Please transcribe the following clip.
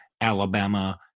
Alabama